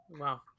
Wow